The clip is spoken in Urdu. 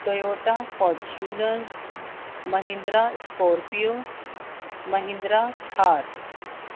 Toyota Fortuner Mahindra Scorpio Mahindra Thar